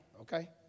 okay